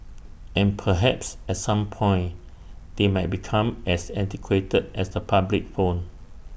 and perhaps at some point they might become as antiquated as the public phone